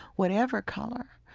whatever color,